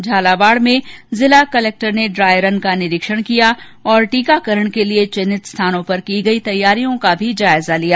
झालावाड़ में जिला कलक्टर ने ड्राई रन का निरीक्षण किया ओर टीकाकरण के लिये चिन्हित स्थानों पर की गई तैयारियों का भी जायजा लिया